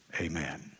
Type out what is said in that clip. amen